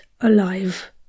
alive